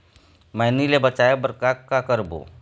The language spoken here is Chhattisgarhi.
मैनी ले बचाए बर का का करबो?